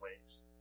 ways